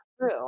true